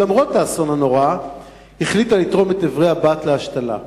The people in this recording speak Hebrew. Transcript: ולמרות האסון הנורא החליטה לתרום את איברי הבת להשתלה.